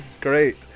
great